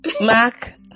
mac